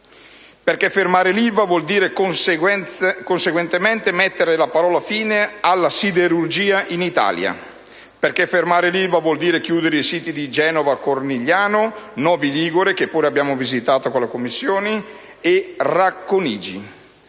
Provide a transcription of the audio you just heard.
perché fermare l'Ilva vuol dire conseguentemente mettere la parola fine alla siderurgia in Italia; perché fermare l'Ilva significa chiudere i siti di Genova Cornigliano, di Novi Ligure (che pure abbiamo visitato con le Commissioni) e di Racconigi.